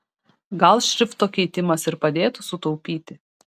gal šrifto keitimas ir padėtų sutaupyti